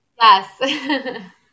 Yes